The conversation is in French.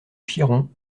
chiron